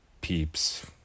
peeps